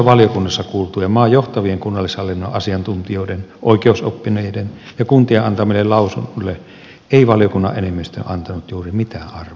valiokunnassa kuultujen maan johtavien kunnallishallinnon asiantuntijoiden oikeusoppineiden ja kuntien antamille lausunnoille ei valiokunnan enemmistö antanut käytännössä juuri mitään arvoa